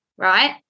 Right